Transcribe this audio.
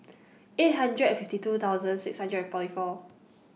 eight hundred and fifty two thousand six hundred and forty four